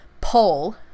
poll